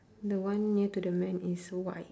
the one near to the man is whi~